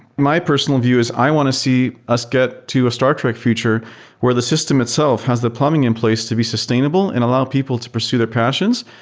my person view is i want to see us get to a star trek future where the system itself has the plumbing in place to be sustainable and allow people to pursue their passions.